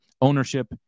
ownership